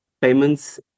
payments